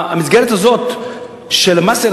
המסגרת הזאת של המס,